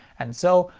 and so,